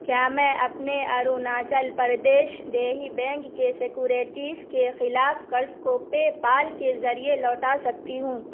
کیا میں اپنے اروناچل پردیش دیہی بینک کے سیکورٹیس کے خلاف قرض کو پے پال کے ذریعے لوٹا سکتی ہوں